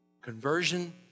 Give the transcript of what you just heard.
Conversion